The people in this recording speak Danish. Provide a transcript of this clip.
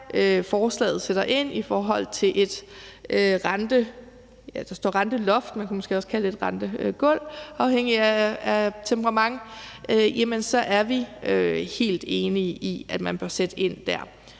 forslaget sætter ind i forhold til et renteloft – ja, det står der; man kunne måske også kalde det et rentegulv afhængig af temperament – så er vi helt enige i, at man bør sætte ind der. Og